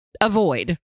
avoid